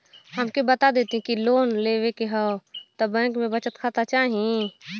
हमके बता देती की लोन लेवे के हव त बैंक में बचत खाता चाही?